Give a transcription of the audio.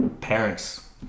parents